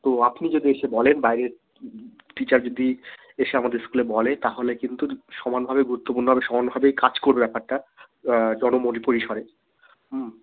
তো আপনি যদি এসে বলেন বাইরের টিচার যদি এসে আমাদের স্কুলে বলে তাহলে কিন্তু সমানভাবে গুরুত্বপূর্ণ হবে সমানভাবেই কাজ করবে ব্যাপারটা জন পরিসরে